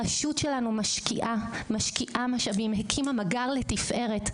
הרשות שלנו משקיעה משאבים והקימה מג״ר לתפארת.